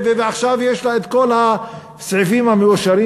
ועכשיו יש לה את כל הסעיפים המאושרים,